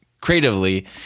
creatively